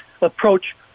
approach